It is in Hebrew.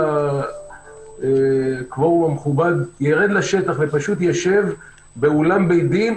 שכבודו המכובד פשוט ירד לשטח ויישב באולם בית דין,